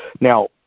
Now